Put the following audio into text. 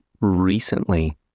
recently